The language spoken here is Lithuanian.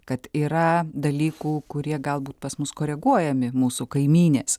kad yra dalykų kurie galbūt pas mus koreguojami mūsų kaimynės